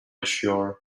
yaşıyor